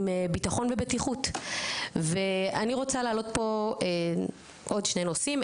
עם בטחון ובטיחות ואני רוצה להעלות פה עוד שני נושאים,